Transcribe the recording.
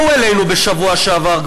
באו אלינו בשבוע שעבר,